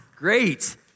Great